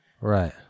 Right